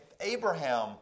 Abraham